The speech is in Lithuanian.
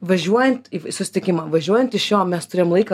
važiuojant į susitikimą važiuojant iš jo mes turėjom laiką